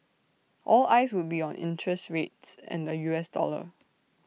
all eyes would be on interest rates and the U S dollar